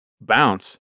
bounce